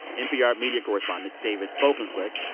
npr media correspondent david folkenflik.